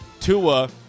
Tua